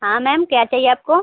हाँ मैम क्या चाहिए आपको